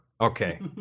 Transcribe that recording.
Okay